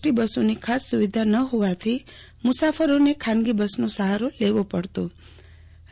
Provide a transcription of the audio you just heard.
T બસોની ખાસ સુવિધા ન હોવાથી મુસાફરોને ખાનગી બસનો સહારો લેવો પડતો હતો